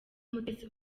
mutesi